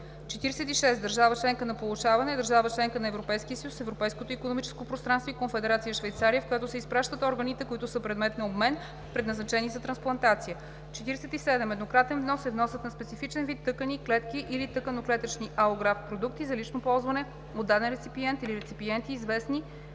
46. „Държава – членка на получаване“ е държава – членка на Европейския съюз, Европейското икономическо пространство и Конфедерация Швейцария, в която се изпращат органите – предмет на обмен, предназначени за трансплантация. 47. „Еднократен внос“ е вносът на специфичен вид тъкани, клетки или тъканно-клетъчни алографт продукти за лично ползване от даден реципиент или реципиенти, известни